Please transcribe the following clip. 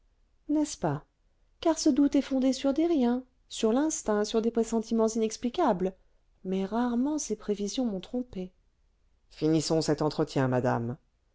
n'est-ce pas car ce doute est fondé sur des riens sur l'instinct sur des pressentiments inexplicables mais rarement ces prévisions m'ont trompée finissons cet entretien madame